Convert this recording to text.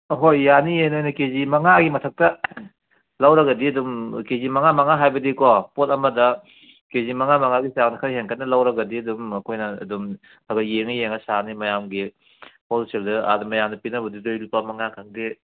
ꯍꯣꯏ ꯌꯥꯅꯤꯌꯦ ꯅꯣꯏꯅ ꯀꯦꯖꯤ ꯃꯉꯥꯒꯤ ꯃꯊꯛꯇ ꯂꯧꯔꯒꯗꯤ ꯑꯗꯨꯝ ꯀꯦꯖꯤ ꯃꯉꯥ ꯃꯉꯥ ꯍꯥꯏꯕꯗꯤꯀꯣ ꯄꯣꯠ ꯑꯃꯗ ꯀꯦꯖꯤ ꯃꯉꯥ ꯃꯉꯥꯒꯤ ꯆꯥꯡ ꯈꯔ ꯍꯦꯟꯀꯠꯅ ꯂꯧꯔꯒꯗꯤ ꯑꯗꯨꯝ ꯑꯩꯈꯣꯏꯅ ꯑꯗꯨꯝ ꯈꯒ ꯌꯦꯡꯉ ꯌꯦꯡꯉ ꯁꯥꯅꯤ ꯃꯌꯥꯝꯒꯤ ꯍꯣꯜꯁꯦꯜꯗ ꯑꯥꯗ ꯃꯌꯥꯝꯅ ꯄꯤꯅꯕꯗꯨꯗꯩ ꯂꯨꯄꯥ ꯃꯉꯥ ꯈꯪꯗꯦ